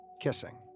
Kissing